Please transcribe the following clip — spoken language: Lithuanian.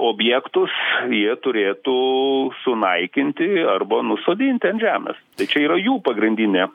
objektus jie turėtų sunaikinti arba nusodinti ant žemės tai čia yra jų pagrindinė